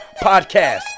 Podcast